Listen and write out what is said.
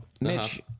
Mitch